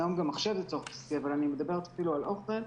והיום גם מחשב זה צורך בסיסי אבל אני מדברת אפילו על אוכל,